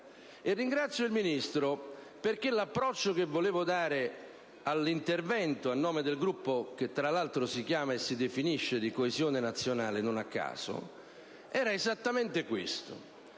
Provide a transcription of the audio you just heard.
Ringrazio il Ministro, perché l'approccio che volevo dare all'intervento a nome del Gruppo che, tra l'altro, si chiana e si definisce di Coesione Nazionale non a caso, non era di tipo